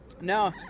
No